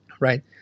Right